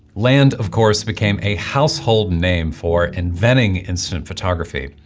land of course became a household name for inventing instant photography,